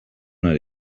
not